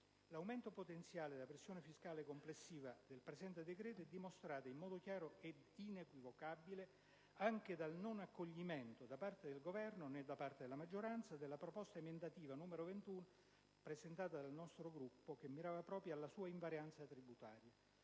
L'aumento potenziale della pressione fiscale complessiva del presente decreto è dimostrata, in modo chiaro ed inequivocabile, anche dal non accoglimento, da parte del Governo e della maggioranza, della proposta emendativa n. 21, presentata dal nostro Gruppo parlamentare, proposta che mirava proprio alla sua invarianza tributaria.